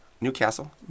Newcastle